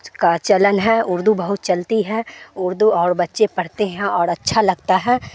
کا چلن ہے اردو بہت چلتی ہے اردو اور بچے پڑھتے ہیں اور اچھا لگتا ہے